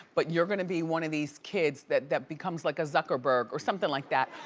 but you're gonna be one of these kids that that becomes like a zuckerberg or something like that,